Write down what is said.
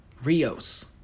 Rios